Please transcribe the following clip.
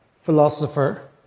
philosopher